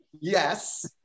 Yes